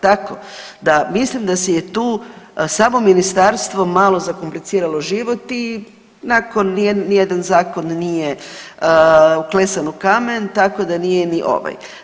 Tako da mislim da se je tu samo ministarstvo malo zakompliciralo život i nakon nijedan zakon nije uklesan u kamen, tako da nije ni ovaj.